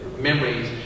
memories